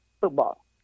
Football